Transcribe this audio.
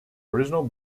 original